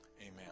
Amen